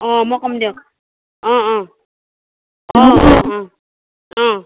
অ মই কম দিয়ক অ অ অ অ